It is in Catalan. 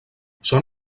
són